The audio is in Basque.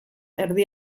erdi